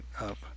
up